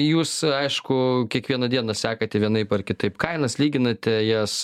jūs aišku kiekvieną dieną sekate vienaip ar kitaip kainas lyginate jas